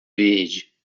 verde